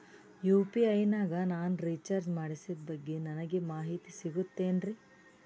UPI ನಾಗ ನಾನು recharge ಮಾಡಿಸಿದ ಬಗ್ಗೆ ನನಗೆ ಮಾಹಿತಿ ಸಿಗುತೇನ್ರೀ?